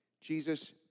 Jesus